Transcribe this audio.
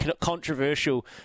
controversial